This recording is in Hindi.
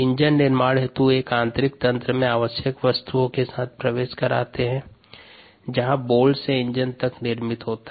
इंजन निर्माण हेतु एक आंतरिक तंत्र में आवश्यक वस्तुओं के साथ प्रवेश कराते है जहाँ बोल्ट से इंजन तक निर्मित होता है